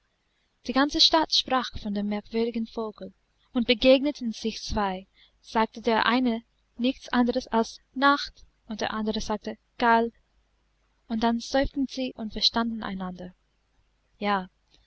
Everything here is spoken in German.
die ganze stadt sprach von dem merkwürdigen vogel und begegneten sich zwei sagte der eine nichts anderes als nacht und der andere sagte gall und dann seufzten sie und verstanden einander ja